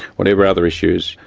whatever other issues,